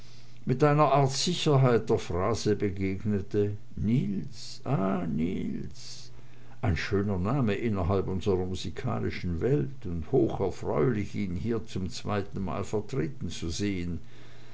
mit einer art sicherheit der phrase begegnete niels ah niels ein schöner name innerhalb unsrer musikalischen welt und hocherfreulich ihn hier zum zweiten male vertreten zu sehen